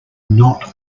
not